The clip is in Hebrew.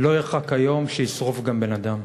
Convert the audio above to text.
לא ירחק היום שישרוף גם בן-אדם.